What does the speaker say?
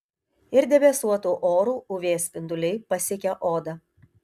ir debesuotu oru uv spinduliai pasiekia odą